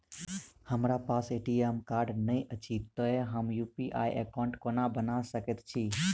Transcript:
हमरा पास ATM card नहि अछि तए हम यु.पी.आई एकॉउन्ट कोना बना सकैत छी